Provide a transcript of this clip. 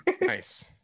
Nice